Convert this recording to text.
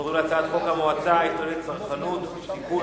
אנחנו עוברים להצעת חוק המועצה הישראלית לצרכנות (תיקון),